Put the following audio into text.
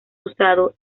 usado